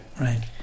Right